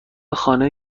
خانه